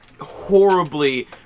horribly